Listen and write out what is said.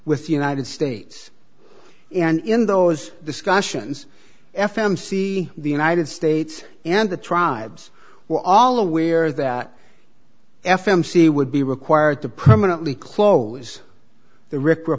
with united states and in those discussions f m c the united states and the tribes were all aware that f m c would be required to permanently close the ri